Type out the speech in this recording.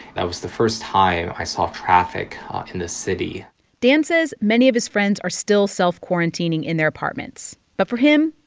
that was first time i saw traffic in the city dan says many of his friends are still self-quarantining in their apartments. but for him,